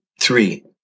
three